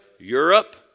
Europe